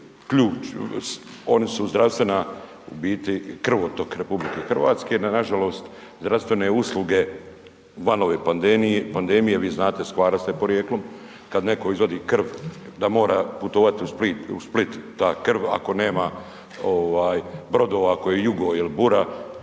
ključ, oni su zdravstvena, u biti krvotok RH. No nažalost, zdravstvene usluge van ove pandemije, vi znate, s Hvara ste porijeklom, kad neko izvadi krv da mora putovat u Split, u Split ta krv ako nema ovaj brodova ako je jugo il bura